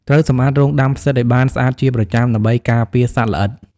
ត្រូវសម្អាតរោងដាំផ្សិតឲ្យបានស្អាតជាប្រចាំ ដើម្បីការពារសត្វល្អិត។